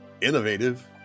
Innovative